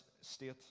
state